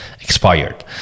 expired